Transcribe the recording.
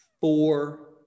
four